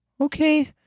Okay